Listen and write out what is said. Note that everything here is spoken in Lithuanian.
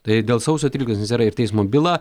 tai dėl sausio tryliktosios nes yra ir teismo byla